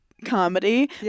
Comedy